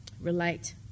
relate